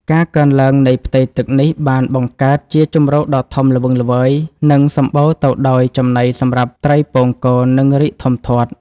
ការកើនឡើងនៃផ្ទៃទឹកនេះបានបង្កើតជាជម្រកដ៏ធំល្វឹងល្វើយ និងសម្បូរទៅដោយចំណីសម្រាប់ត្រីពងកូន និងរីកធំធាត់។